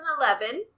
2011